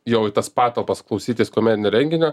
jau į tas patalpas klausytis komedinio renginio